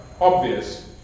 obvious